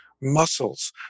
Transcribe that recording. muscles